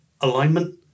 alignment